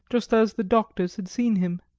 just as the doctors had seen him.